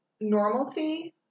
normalcy